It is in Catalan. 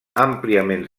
àmpliament